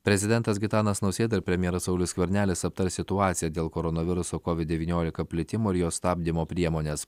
prezidentas gitanas nausėda ir premjeras saulius skvernelis aptars situaciją dėl koronaviruso covid devyniolika plitimo ir jo stabdymo priemones